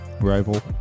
rival